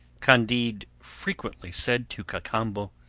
candide frequently said to cacambo